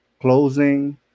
closing